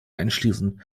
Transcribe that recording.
einschließen